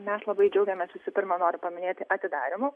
mes labai džiaugiamės visų pirma noriu paminėti atidarymą